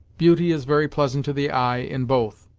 beauty is very pleasant to the eye, in both!